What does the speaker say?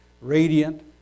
radiant